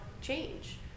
change